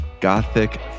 gothic